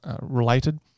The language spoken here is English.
related